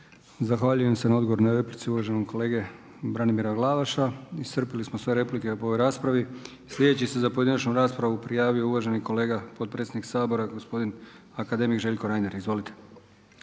Zahvaljujem se na odgovoru na replici uvaženom kolegi Branimiru Glavašu. Iscrpili smo sve replike po ovoj raspravi. Sljedeći se za pojedinačnu raspravu prijavio uvaženi kolega potpredsjednik Sabora gospodin akademik Željko Reiner, izvolite.